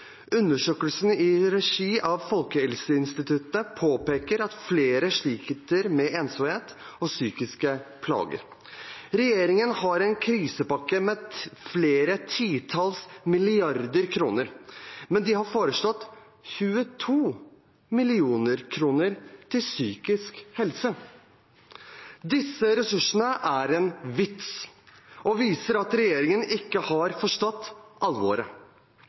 i regi av Folkehelseinstituttet påpekes det at flere sliter med ensomhet og psykiske plager. Regjeringen har en krisepakke på flere titalls milliarder kroner, men de har foreslått 22 mill. kr til psykisk helse. Disse ressursene er en vits og viser at regjeringen ikke har forstått alvoret.